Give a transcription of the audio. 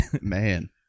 Man